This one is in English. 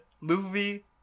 Luffy